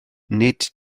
nid